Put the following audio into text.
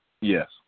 Yes